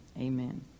Amen